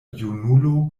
junulo